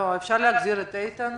אפשר להחזיר את איתן?